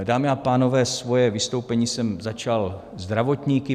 Dámy a pánové, svoje vystoupení jsem začal zdravotníky.